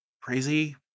crazy